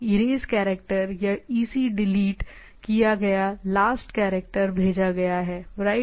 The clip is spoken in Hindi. इरेज़ कैरेक्टर या EC डिलीट किया गया लास्ट कैरेक्टर भेजा गया है राइट